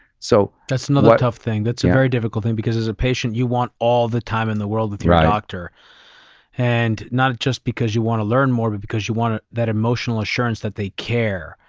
so that's another tough thing. that's a very difficult thing because as a patient you want all the time in the world with your doctor and not just because you want to learn more, but because you want that emotional assurance that they care.